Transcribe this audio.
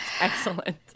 Excellent